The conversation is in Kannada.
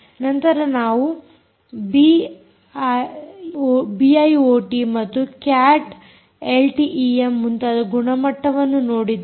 ನಂತರ ನಾವು ಬಿಐಓಟಿ ಮತ್ತು ಕ್ಯಾಟ್ ಎಲ್ಟಿಈಎಮ್ ಮುಂತಾದ ಗುಣಮಟ್ಟವನ್ನು ನೋಡಿದ್ದೇವೆ